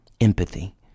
empathy